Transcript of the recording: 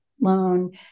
loan